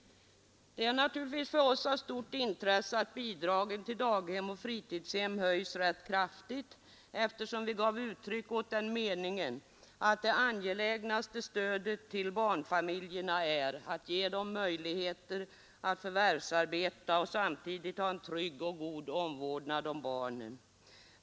Det är naturligtvis för oss av stort intresse att bidragen till daghem och fritidshem höjs rätt kraftigt, eftersom vi gav uttryck åt den meningen att det angelägnaste stödet till barnfamiljerna är att ge båda föräldrarna möjligheter att förvärvsarbeta och samtidigt ha en trygg och god omvårdnad om barnen.